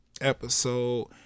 episode